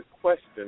question